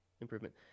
improvement